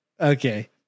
Okay